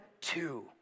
two